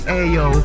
ayo